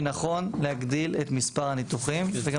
שנכון להגדיל את מספר הניתוחים וזה גם